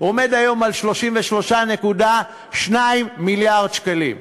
עומד היום על 33.2 מיליארד שקלים,